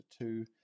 two